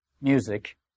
Music